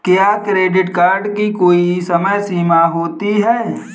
क्या credit card की कोई समय सीमा होती है?